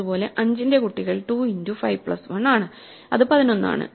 അതുപോലെ 5 ന്റെ കുട്ടികൾ 2 ഇന്റു 5 പ്ലസ് 1ആണ് ഇത് 11 ആണ്